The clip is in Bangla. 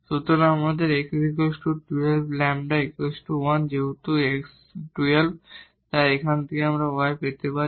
সুতরাং আমাদের x 12λ 1 এবং যেহেতু x 12 তাই এখান থেকে আমরা y পেতে পারি